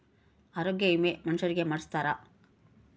ಆರೊಗ್ಯ ವಿಮೆ ಮನುಷರಿಗೇ ಮಾಡ್ಸ್ತಾರ